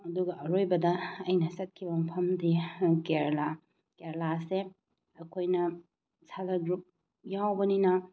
ꯑꯗꯨꯒ ꯑꯔꯣꯏꯕꯗ ꯑꯩꯅ ꯆꯠꯈꯤꯕ ꯃꯐꯝꯗꯤ ꯀꯦꯔꯂꯥ ꯀꯦꯔꯂꯥꯁꯦ ꯑꯩꯈꯣꯏꯅ ꯁꯦꯜꯐ ꯍꯦꯜꯞ ꯒ꯭ꯔꯨꯞ ꯌꯥꯎꯕꯅꯤꯅ